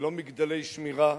ללא מגדלי שמירה,